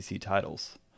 titles